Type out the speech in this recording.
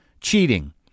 Cheating